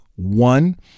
One